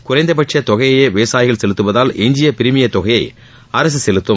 குறைந்தபட்ச தொகையையே விவசாயிகள் செலுத்துவதால் எஞ்சிய பிரீமியத் தொகையை அரசு செலுத்தும்